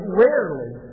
rarely